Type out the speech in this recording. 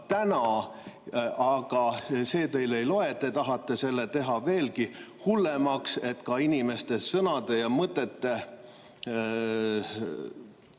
täna. Aga see teile ei loe, te tahate selle teha veelgi hullemaks, nii et ka sõnade ja mõtete